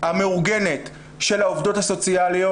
המאורגנת של העובדות הסוציאליות.